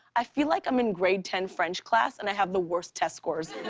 i feel like i'm in grade ten french class, and i have the worst test scores.